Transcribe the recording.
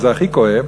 וזה הכי כואב,